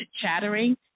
chattering